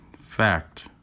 fact